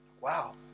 Wow